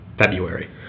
February